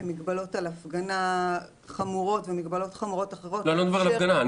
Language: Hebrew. להגבלות על הפגנה ומגבלות חמורות אחרות --- אני לא מדבר על הפגנה,